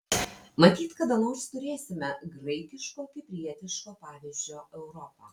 matyt kada nors turėsime graikiško kiprietiško pavyzdžio europą